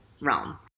realm